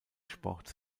sports